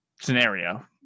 scenario